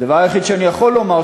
הדבר היחיד שאני יכול לומר,